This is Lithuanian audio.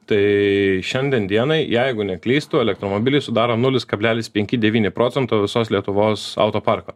tai šiandien dienai jeigu neklystu elektromobiliai sudaro nulis kablelis penki devyni procento visos lietuvos autoparko